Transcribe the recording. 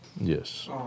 Yes